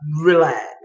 Relax